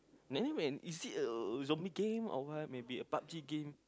a zombie game or what maybe a Pub G game